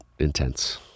intense